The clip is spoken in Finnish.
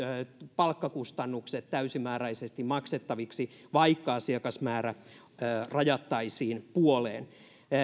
palkkakustannukset täysimääräisesti maksettaviksi vaikka asiakasmäärä rajattaisiin puoleen